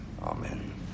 Amen